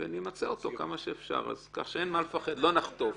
נמצה אותו כמה שאפשר, כך שאין מה לפחד, לא נחטוף.